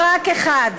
רק אחד,